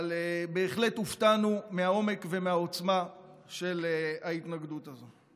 אבל בהחלט הופתענו מהעומק ומהעוצמה של ההתנגדות הזאת.